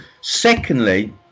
secondly